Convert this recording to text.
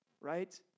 right